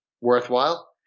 worthwhile